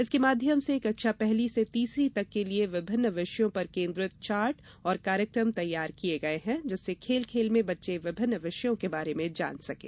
इसके माध्यम से कक्षा पहली से तीसरी तक के लिए विभिन्न विषयों पर केन्द्रित चार्ट और कार्यक्रम तैयार किये गये हैं जिससे खेल खेल में बच्चे विभिन्न विषयों के बारे में जान सकें